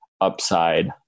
upside